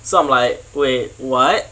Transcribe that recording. so I'm like wait what